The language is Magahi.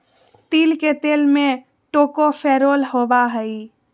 तिल के तेल में टोकोफेरोल होबा हइ